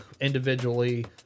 individually